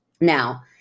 Now